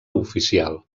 oficial